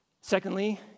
Secondly